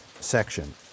section